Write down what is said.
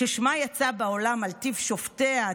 "ששמה יצא בעולם על טיב שופטיה,